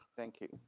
thank you,